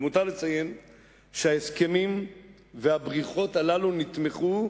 למותר לציין שההסכמים והבריחות הללו נתמכו,